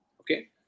Okay